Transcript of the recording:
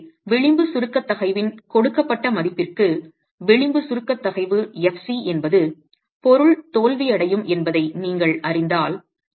எனவே விளிம்பு சுருக்க தகைவின் கொடுக்கப்பட்ட மதிப்பிற்கு விளிம்பு சுருக்க தகைவு fc என்பது பொருள் தோல்வியடையும் என்பதை நீங்கள் அறிந்தால்